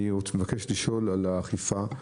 אני מבקש לשאול על האכיפה,